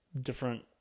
different